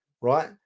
right